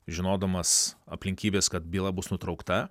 žinodamas aplinkybes kad byla bus nutraukta